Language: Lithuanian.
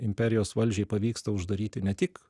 imperijos valdžiai pavyksta uždaryti ne tik